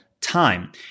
Time